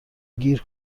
گیر